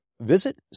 Visit